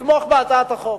יתמוך בהצעת החוק,